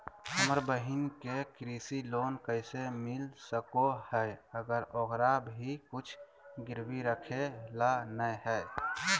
हमर बहिन के कृषि लोन कइसे मिल सको हइ, अगर ओकरा भीर कुछ गिरवी रखे ला नै हइ?